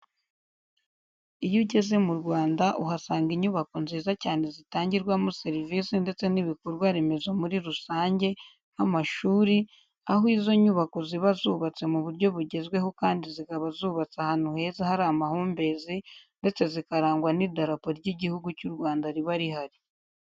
Iyo ugeze mu Rwanda uhasanga inyubako nziza cyane zitangirwamo serivisi ndetse n'ibikorwaremezo muri rusange nk'amashuri aho izo nyubako ziba zubatse mu buryo bugezweho kandi zikaba zubatse ahantu heza hari amahumbezi ndetse zikarangwa n'idarapo ry'Igihugu cy'u Rwanda riba rihari.